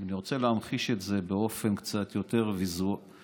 אני רוצה להמחיש את זה באופן קצת יותר מוחשי.